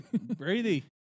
Brady